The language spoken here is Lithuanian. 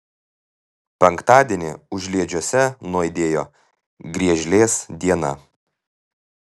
penktadienį užliedžiuose nuaidėjo griežlės diena